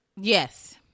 yes